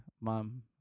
mom